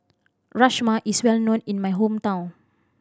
rajma is well known in my hometown